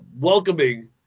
welcoming